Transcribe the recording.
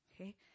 Okay